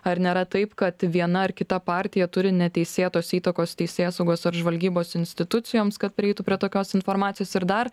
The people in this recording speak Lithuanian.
ar nėra taip kad viena ar kita partija turi neteisėtos įtakos teisėsaugos ar žvalgybos institucijoms kad prieitų prie tokios informacijos ir dar